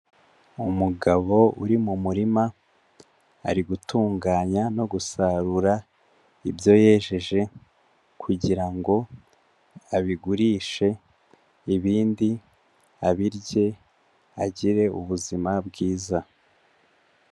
Umugabo uri mu murima ari gutunganya no gusarura ibyo yejeje kugira ngo abigurishe ibindi abirye agire ubuzima bwiza.